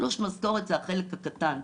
תלוש משכורת זה החלק הקטן,